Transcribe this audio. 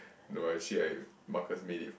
no actually I Marcus made it